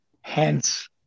Hence